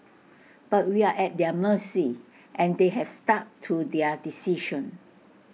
but we are at their mercy and they have stuck to their decision